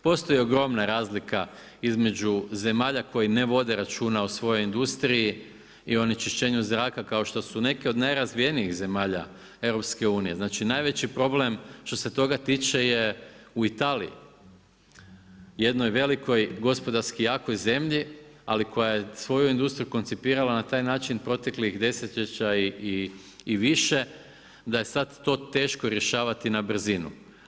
Postoji ogromna razlika između zemalja koje ne vode računa o svojoj industriji i onečišćenju zraka kao što su neke od najrazvijenijih zemalja EU, znači najveći problem što se toga tiče je u Italiji jednoj velikoj gospodarski jakoj zemlji, ali koja je svoju industriju koncipirala na taj način proteklih desetljeća i više da je sada to teško rješavati na brzinu.